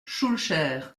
schœlcher